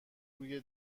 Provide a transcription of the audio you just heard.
روی